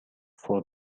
for